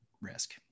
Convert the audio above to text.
risk